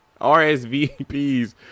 RSVPs